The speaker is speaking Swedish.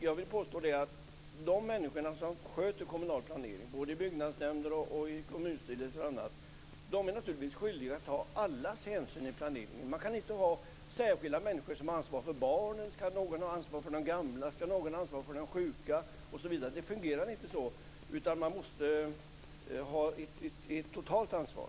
Jag vill påstå att de människor som sköter kommunal planering i byggnadsnämnder, kommunstyrelser och på andra håll naturligtvis är skyldiga att ta hänsyn till alla i planeringen. Man kan inte ha särskilda människor som har ansvar för barnen. Skall någon då ha ansvar för de gamla och någon annan ha ansvar för de sjuka osv.? Det fungerar inte så, utan det måste finnas någon som har ett totalt ansvar.